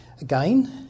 Again